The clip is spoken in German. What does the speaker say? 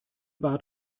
bad